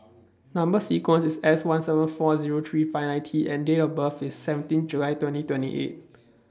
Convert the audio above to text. Number sequence IS S one seven four Zero three five nine T and Date of birth IS seventeen July twenty twenty eight